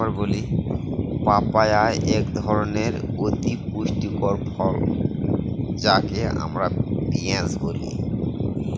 papaya একধরনের অতি পুষ্টিকর ফল যাকে আমরা পেঁপে বলি